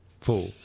Four